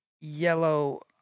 Yellow